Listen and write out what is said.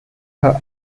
her